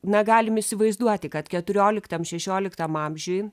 na galim įsivaizduoti kad keturioliktam šešioliktam amžiuj